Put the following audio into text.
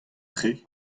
tre